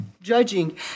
judging